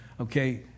okay